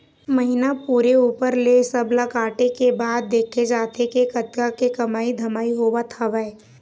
महिना पूरे ऊपर ले सब ला काटे के बाद देखे जाथे के कतका के कमई धमई होवत हवय